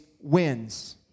wins